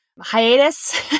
hiatus